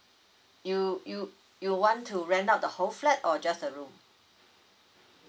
you you you want to rent out the whole flat or just a room